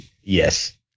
Yes